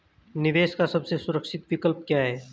निवेश का सबसे सुरक्षित विकल्प क्या है?